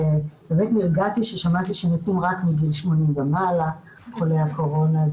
באמת נרגעתי כששמעתי שמתים רק מגיל 80 ומעלה חולי הקורונה,